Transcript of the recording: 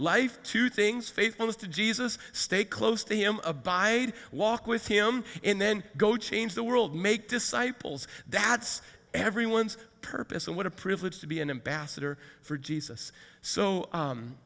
life two things faithfulness to jesus stay close to him abide walk with him in then go change the world make disciples that's everyone's purpose and what a privilege to be an ambassador for jesus so